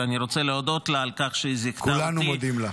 ואני רוצה להודות לו על כך שהיא זיכתה אותי -- כולנו מודים לה.